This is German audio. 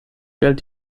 galt